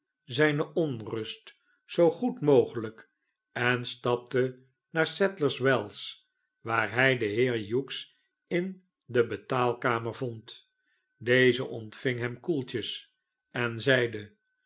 zijne onmst zoo goed mogelijk en stapte naar sadlers wells waar hij den heer hughes in de betaalkamer vond deze ontving hem koeltjes en zeide